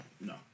no